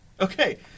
Okay